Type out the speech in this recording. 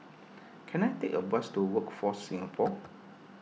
can I take a bus to Workforce Singapore